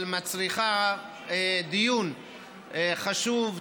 אבל מצריכה דיון חשוב,